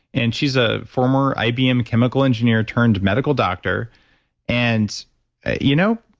and she's a former ibm chemical engineer turned medical doctor and you know,